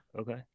Okay